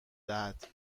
دهد